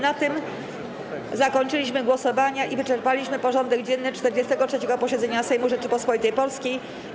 Na tym zakończyliśmy głosowania i wyczerpaliśmy porządek dzienny 43. posiedzenia Sejmu Rzeczypospolitej Polskiej.